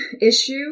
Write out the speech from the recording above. issue